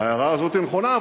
וההערה הזאת נכונה.